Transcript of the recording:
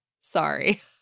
Sorry